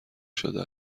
شده